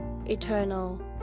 Eternal